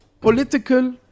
political